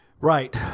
Right